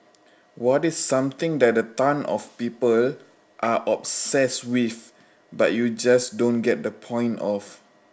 what is something that a ton of people are obsessed with but you just don't get the point of